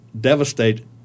devastate